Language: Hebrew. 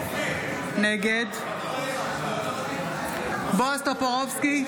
נגד בועז טופורובסקי,